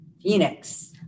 Phoenix